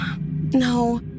no